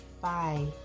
Bye